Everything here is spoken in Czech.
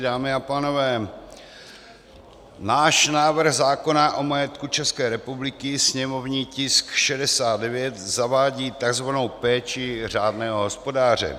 Dámy a pánové, náš návrh zákona o majetku České republiky, sněmovní tisk 69, zavádí takzvanou péči řádného hospodáře.